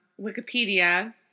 Wikipedia